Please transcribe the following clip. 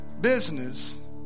business